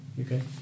okay